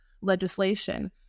legislation